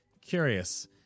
Curious